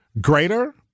greater